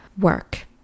work